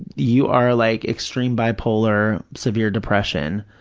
you are like extreme bipolar, severe depression,